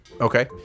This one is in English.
Okay